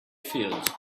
fields